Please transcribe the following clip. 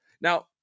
Now